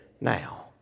now